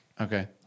Okay